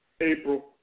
April